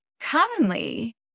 Commonly